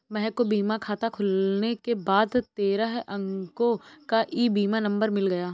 महक को बीमा खाता खुलने के बाद तेरह अंको का ई बीमा नंबर मिल गया